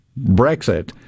Brexit